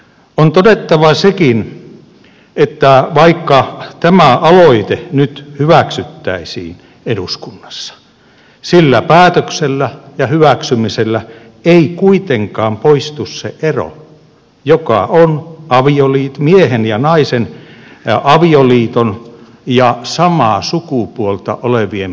on todettava sekin että vaikka tämä aloite nyt hyväksyttäisiin eduskunnassa sillä päätöksellä ja hyväksymisellä ei kuitenkaan poistu se ero joka on miehen ja naisen avioliiton ja samaa sukupuolta olevien parisuhteen välillä